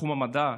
בתחום המדע.